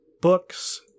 books